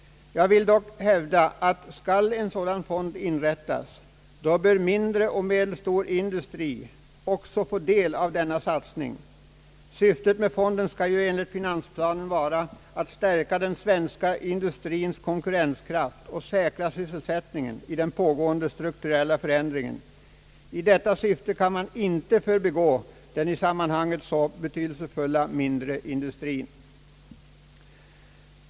Jag vill dock hävda, att skall en sådan fond inrättas bör mindre och medelstor industri också få del av denna satsning. Syftet med fonden skall ju enligt finansplanen vara att stärka den svenska industriens konkurrenskraft och säkra sysselsättningen i den pågående strukturella förändringen. I detta syfte kan man inte förbigå den i sammanhanget så betydelsefulla mindre industrien.